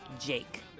Jake